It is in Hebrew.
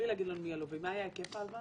בלי להגיד לנו מי הלווים, מה היה היקף ההלוואה?